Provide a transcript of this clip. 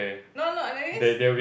no no no